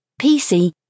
PC